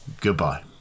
goodbye